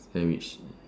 sandwich